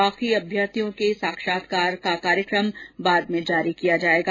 शेष अभ्यर्थियों का साक्षात्कार कार्यक्रम बाद में जारी किया जायेगा